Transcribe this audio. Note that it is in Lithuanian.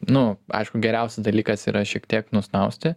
nu aišku geriausias dalykas yra šiek tiek nusnausti